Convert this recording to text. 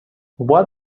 what